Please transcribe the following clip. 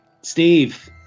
Steve